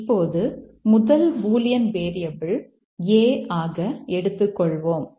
இப்போது முதல் Boolean variable A ஆக எடுத்துக்கொள்வோம்